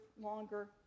longer